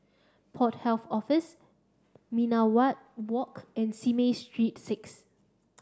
Port Health Office Minaret Walk and Simei Street six